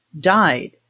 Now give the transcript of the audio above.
died